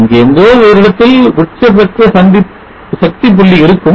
இன்று எங்கோ ஓரிடத்தில் உச்சபட்ச சக்திப்புள்ளி இருக்கும்